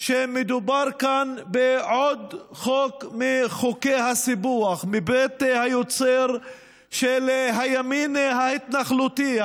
שמדובר כאן בעוד חוק מחוקי הסיפוח מבית היוצר של הימין ההתנחלותי,